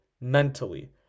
mentally